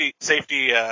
safety